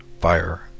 fire